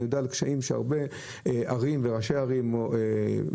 אני יודע על קשיים שהרבה ראשי עיריות מעמידים